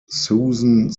susan